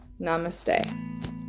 Namaste